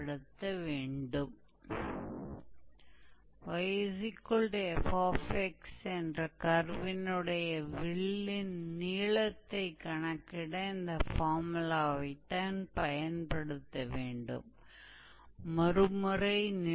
proof थोड़ा बड़ा है और हम यहाँ प्रूफ की अनदेखी करेंगे हम मूल रूप से फॉर्मूला में रुचि रखते हैं और फिर कुछ उदाहरणों पर काम कर रहे हैं